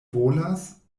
volas